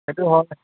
সেইটো হয়